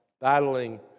battling